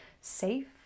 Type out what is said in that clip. safe